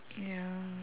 ya